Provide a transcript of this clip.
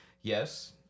yes